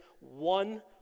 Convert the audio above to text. one